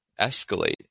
escalate